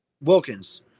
Wilkins